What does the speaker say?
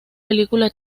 película